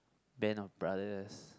Band-of-Brothers